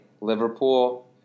Liverpool